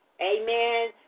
Amen